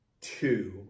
Two